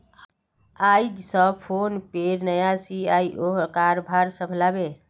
आइज स फोनपेर नया सी.ई.ओ कारभार संभला बे